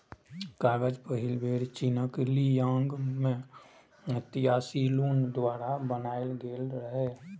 कागज पहिल बेर चीनक ली यांग मे त्साई लुन द्वारा बनाएल गेल रहै